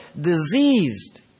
diseased